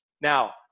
Now